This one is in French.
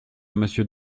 monsieur